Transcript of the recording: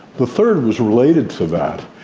the third was related to that,